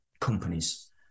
companies